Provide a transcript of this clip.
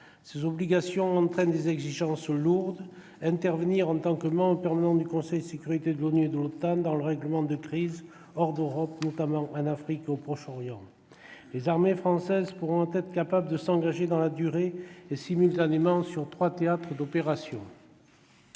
Ces obligations entraînent des exigences lourdes : intervenir, en tant que membre permanent du Conseil de sécurité de l'ONU et membre de l'OTAN, dans le règlement de crises hors d'Europe, notamment en Afrique et au Proche-Orient. Les armées françaises seront capables de s'engager dans la durée et simultanément sur trois théâtres d'opérations